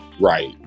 Right